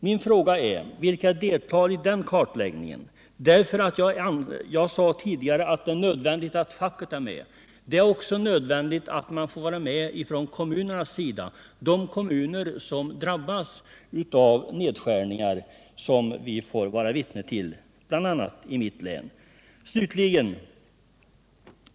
Min fråga är då: Vilka deltar i den kartläggningen? Jag sade tidigare att det är nödvändigt att facket är med. Det är också nödvändigt att kommunerna får delta i detta arbete, särskilt de kommuner som drabbats av nedskärningar, något som vi fått bevittna bl.a. i mitt län.